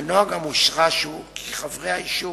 הנוהג המושרש הוא כי חברי היישוב